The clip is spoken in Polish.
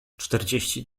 czterdzieści